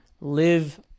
live